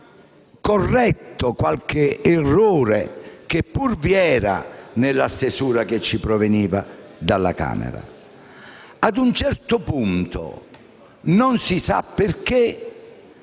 corretto qualche errore che pur vi era nella stesura che ci proveniva dalla Camera - a un certo punto, non si sa perché,